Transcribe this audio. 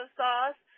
sauce